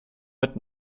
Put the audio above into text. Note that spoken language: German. mit